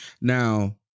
Now